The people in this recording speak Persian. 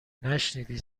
نشنیدی